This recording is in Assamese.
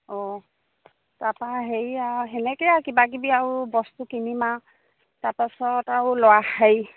অঁ তাৰপৰা হেৰি আৰু তেনেকৈ আৰু কিবা কিবি আৰু বস্তু কিনিম আৰু তাৰপাছত আৰু ল'ৰা হেৰি